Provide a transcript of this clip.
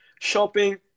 shopping